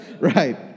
right